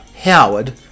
Howard